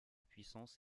puissance